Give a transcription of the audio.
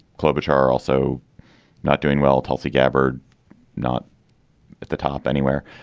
club, which are also not doing well. tulsi gabbard not at the top anywhere.